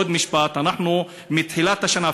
עוד משפט: מתחילת השנה,